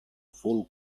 full